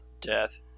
death